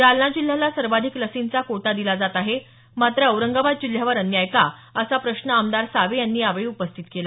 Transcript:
जालना जिल्ह्याला सर्वाधिक लसींचा कोटा दिला जात आहे मात्र औरंगाबाद जिल्ह्यावर अन्याय का असा प्रश्न आमदार सावे यांनी यावेळी उपस्थित केला